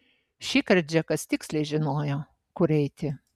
šįkart džekas tiksliai žinojo kur eiti